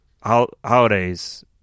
holidays